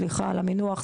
סליחה על המינוח,